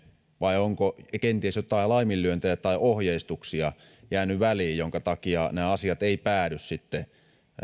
vai onko kenties jotain laiminlyöntejä tai ohjeistuksia jäänyt väliin minkä takia nämä asiat eivät päädy